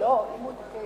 לא רק לנסים זאב,